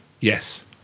Yes